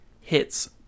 hits